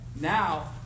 Now